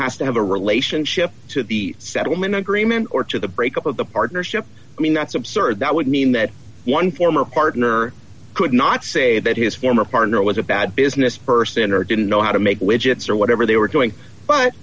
has to have a relationship to the settlement agreement or to the breakup of the partnership i mean that's absurd that would mean that one former partner could not say that his former partner was a bad business person or didn't know how to make widgets or whatever they were doing but